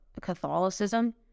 Catholicism